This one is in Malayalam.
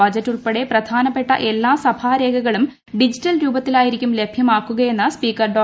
ബജറ്റ് ്രഉൾപ്പടെ പ്രധാനപ്പെട്ട എല്ലാ സഭാ രേഖകളും ഡിജിറ്റൽ തൂപ്പത്തിലായിരിക്കും ലഭ്യമാക്കുകയെന്ന് സ്പീക്കർ ഡോ